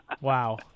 Wow